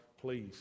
please